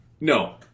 no